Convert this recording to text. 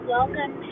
Welcome